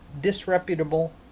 disreputable